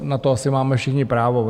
Na to asi máme všichni právo.